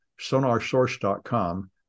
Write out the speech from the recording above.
sonarsource.com